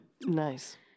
Nice